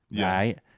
right